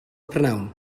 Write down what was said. prynhawn